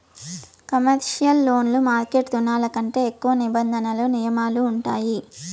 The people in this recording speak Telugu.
కమర్షియల్ లోన్లు మార్కెట్ రుణాల కంటే ఎక్కువ నిబంధనలు నియమాలు ఉంటాయి